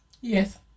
Yes